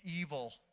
evil